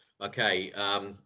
Okay